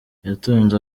yatunze